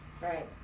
Right